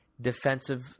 defensive